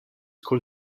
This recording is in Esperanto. kun